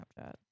Snapchat